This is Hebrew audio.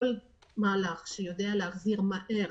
כל מהלך שיודע להחזיר מהר